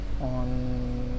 On